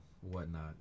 whatnot